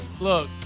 Look